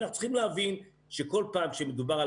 ואנחנו צריכים להבין שכל פעם שמדובר על